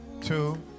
two